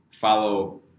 follow